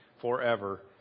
forever